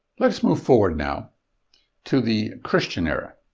let us move forward now to the christian era.